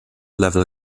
level